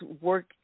work